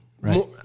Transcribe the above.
right